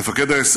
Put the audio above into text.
מפקד האס.